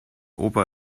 opa